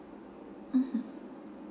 mmhmm